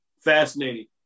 Fascinating